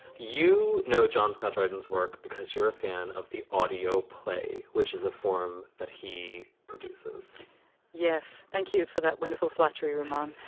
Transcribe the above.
you know, john's coloradans work because you're a fan of the audio play, which is a form that he produces yes. thank you for that wonderful flattery remark.